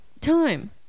time